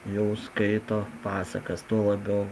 jau skaito pasakas tuo labiau